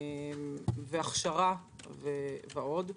הכשרה ועוד.